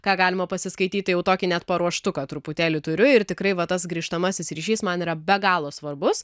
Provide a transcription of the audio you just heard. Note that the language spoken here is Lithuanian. ką galima pasiskaityti jau tokį net paruoštuką truputėlį turiu ir tikrai va tas grįžtamasis ryšys man yra be galo svarbus